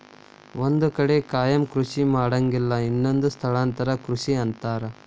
ಒಂದ ಕಡೆ ಕಾಯಮ ಕೃಷಿ ಮಾಡಂಗಿಲ್ಲಾ ಇದನ್ನ ಸ್ಥಳಾಂತರ ಕೃಷಿ ಅಂತಾರ